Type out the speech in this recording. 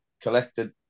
collected